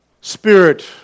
Spirit